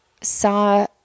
saw